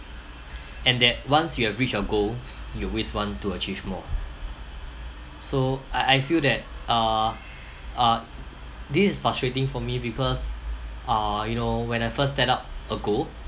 and that once you have reached your goals you always want to achieve more so I I feel that uh uh this is frustrating for me because uh you know when I first set up a goal